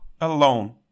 alone